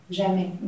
jamais